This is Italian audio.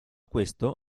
questo